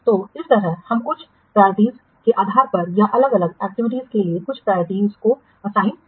तो इस तरह हम कुछ प्रायोरिटीज या प्रायोरिटीओं के आधार पर या अलग अलग एक्टिविटीयों के लिए कुछ प्रायोरिटीओं को असाइन करेंगे